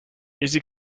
easy